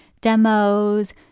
demos